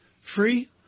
Free